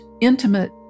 intimate